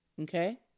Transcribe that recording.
Okay